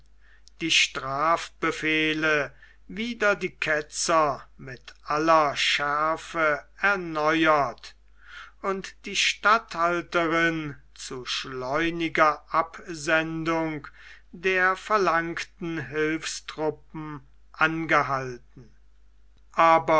die strafbefehle wider die ketzer mit aller schärfe erneuert und die statthalterin zu schleuniger absendung der verlangten hilfstruppen angehalten